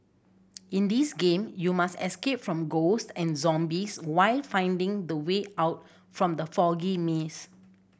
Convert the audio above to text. in this game you must escape from ghost and zombies while finding the way out from the foggy maze